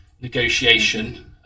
negotiation